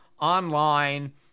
online